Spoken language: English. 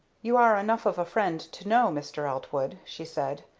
you are enough of a friend to know, mr. eltwood, she said,